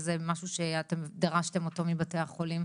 זה משהו שאתם דרשתם אותו מבתי החולים?